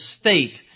state